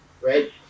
Right